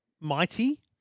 Mighty